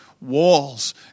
Walls